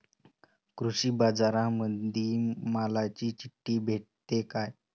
कृषीबाजारामंदी मालाची चिट्ठी भेटते काय?